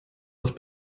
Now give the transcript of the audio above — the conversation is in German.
auf